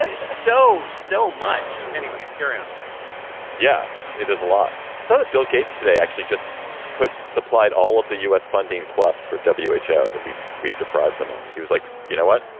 so, so much anyway. carry on yeah it is a lot. i thought that bill gates today actually just put supplied all of the u s. funding plus for w h o. that we've we've deprive them of. he was like, you know what?